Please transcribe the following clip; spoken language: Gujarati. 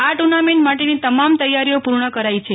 આ ટૂર્નામેન્ટ માટેની તમામ તૈયારીઓ પૂર્ણ કરાઈ છે